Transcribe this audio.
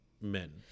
men